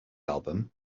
album